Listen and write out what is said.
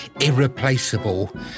irreplaceable